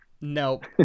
nope